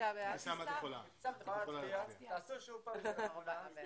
אני שמח להעביר לך את שרביט ניהול הוועדה.